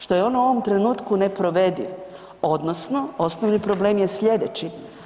Što je on u ovom trenutku neprovediv, odnosno osnovni problem je sljedeći.